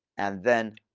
and then,